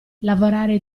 lavorare